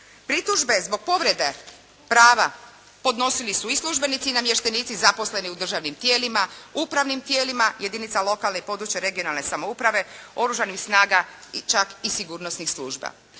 Pritužbe zbog povrede prava podnosili su i službenici i namještenici zaposleni u državnim tijelima, upravnim tijelima jedinica lokalne i područne (regionalne) samouprave, Oružanih snaga, čak i sigurnosnih služba.